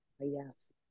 Yes